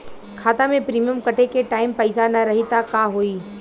खाता मे प्रीमियम कटे के टाइम पैसा ना रही त का होई?